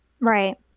right